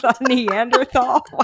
Neanderthal